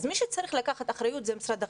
אז מי שצריך לקחת אחריות זה משרד החינוך.